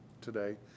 today